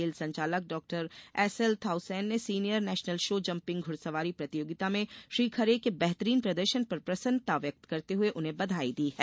खेल संचालक Dr SL थाउसेन ने सीनियर नेशनल शो जंपिंग घुड़सवारी प्रतियोगिता में श्री खरे के बेहतरीन प्रदर्शन पर प्रसन्नता व्यक्त करते हुए उन्हें बधाई दी है